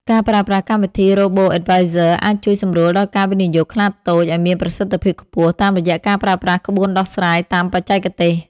ការប្រើប្រាស់កម្មវិធី Robo-advisors អាចជួយសម្រួលដល់ការវិនិយោគខ្នាតតូចឱ្យមានប្រសិទ្ធភាពខ្ពស់ តាមរយៈការប្រើប្រាស់ក្បួនដោះស្រាយតាមបច្ចេកទេស។